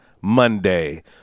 Monday